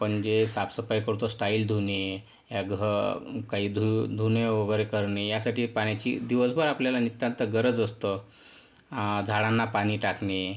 आपण जे साफसफाई करतो स्टाईल धुणे ह्या काही धुणे वगैरे करणे यासाठी पाण्याची दिवसभर आपल्याला नितांत गरज असते झाडांना पाणी टाकणे